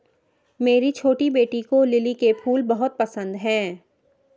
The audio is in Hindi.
मेरी छोटी बेटी को लिली के फूल बहुत पसंद है